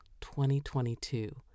2022